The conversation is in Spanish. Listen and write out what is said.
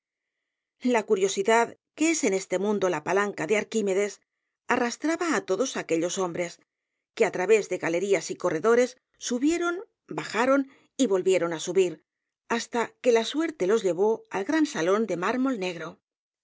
la curiosidad que es en este mundo la palanca de arquímedes arrastraba a todos aquellos hombres que á través de galerías y corredores subieron bajarosalía de castro ron y volvieron á subir hasta que la suerte los llevó al gran salón de mármol negro